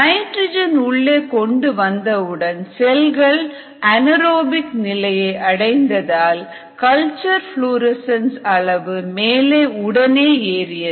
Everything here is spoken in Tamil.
நைட்ரஜன் உள்ளே கொண்டு வந்தவுடன் செல்கள் அனேறோபிக் நிலையை அடைந்ததால் கல்ச்சர் புளோரசன்ஸ் அளவு மேலே உடனே ஏறியது